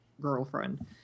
girlfriend